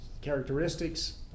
characteristics